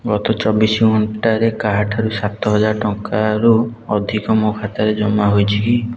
ଗତ ଚବିଶ ଘଣ୍ଟାରେ କାହାଠାରୁ ସାତ ହଜାର ଟଙ୍କାରୁ ଅଧିକ ମୋ ଖାତାରେ ଜମା ହୋଇଛି କି